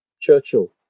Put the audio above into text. Churchill